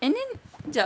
and then jap